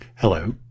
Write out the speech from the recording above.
Hello